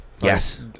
Yes